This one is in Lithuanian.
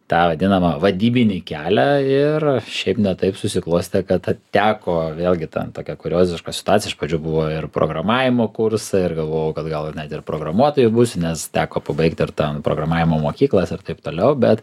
tą vadinamą vadybinį kelią ir šiaip ne taip susiklostė kad teko vėlgi ten tokia kurioziška situacija iš pradžių buvo ir programavimo kursai ir galvojau kad gal net ir programuotoju būsiu nes teko pabaigti ir tą programavimo mokyklas ir taip toliau bet